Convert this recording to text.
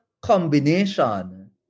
combination